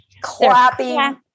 Clapping